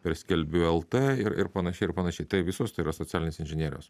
ir skelbiu lt ir ir panašiai ir panašiai tai visos tai yra socialinės inžinierijos